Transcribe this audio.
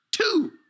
Two